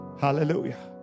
Hallelujah